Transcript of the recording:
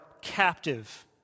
captive